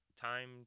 time